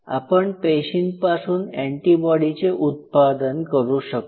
आपण पेशींपासून एंटीबॉडीचे चे उत्पादन करून शकतो